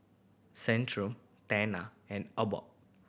Centrum Tena and Abbott